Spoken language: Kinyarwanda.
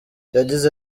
yagize